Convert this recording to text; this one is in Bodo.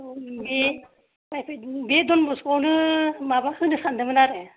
बे दनबस्क'आवनो माबा होनो सानदोंमोन आरो